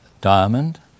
diamond